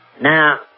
Now